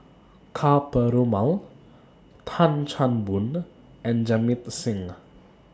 Ka Perumal Tan Chan Boon and Jamit Singh